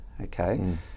okay